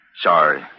Sorry